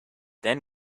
then